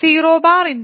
1 0 0